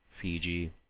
Fiji